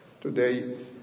Today